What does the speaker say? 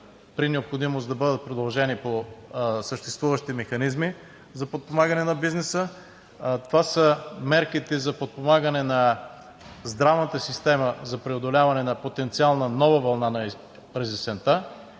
при необходимост да бъдат продължени по съществуващи механизми за подпомагането му; това са мерките за подпомагане на здравната система – за преодоляване на потенциална нова вълна през есента,